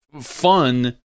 fun